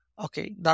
Okay